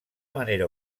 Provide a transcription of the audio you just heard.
manera